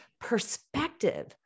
perspective